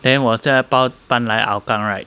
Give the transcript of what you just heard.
then 我家搬来 hougang right